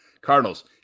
Cardinals